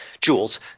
Jules